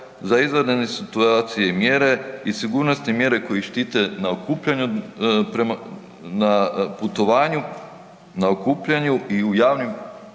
za izvanredne situacije i mjere i sigurnosti mjera koje ih štite na okupljanje na putovanju, na okupljanju i u javnim